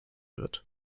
wird